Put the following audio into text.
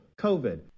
COVID